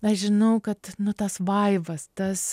aš žinau kad nu tas vaibas tas